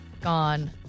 gone